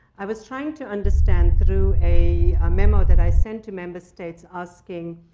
i was trying to understand, through a ah memo that i sent to member states, asking